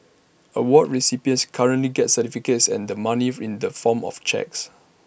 award recipients currently get certificates and the money in the form of cheques